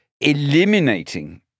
eliminating